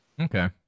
Okay